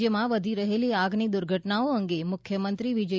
રાજ્યમાં વધી રહેલી આગની દુર્ઘટનાઓ અંગે મુખ્યમંત્રી વિજય